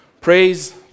Praise